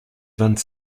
vingt